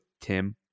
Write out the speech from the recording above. Tim